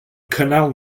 cynnal